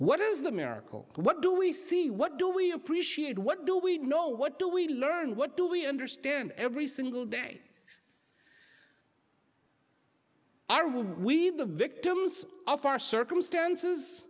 what is the miracle what do we see what do we appreciate what do we know what do we learn what do we understand every single day are we the victims of our circumstances